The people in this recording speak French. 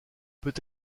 peut